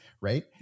Right